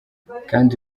kandi